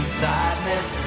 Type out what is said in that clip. sadness